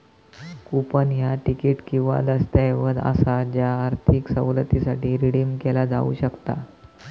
coupon ह्या ticket किंवा दस्तऐवज असा ज्या आर्थिक सवलतीसाठी रिडीम केला जाऊ शकता